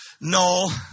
No